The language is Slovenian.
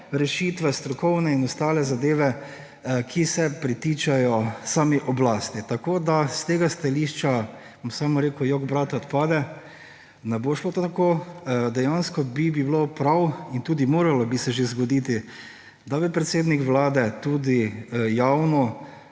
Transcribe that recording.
rešitve strokovne in ostale zadeve, ki pritičejo sami oblasti. Tako bom s tega stališča samo rekel »jok brate, odpade«, ne bo šlo tako. Dejansko bi bilo prav in tudi moralo bi se že zgoditi, da bi predsednik Vlade tudi javno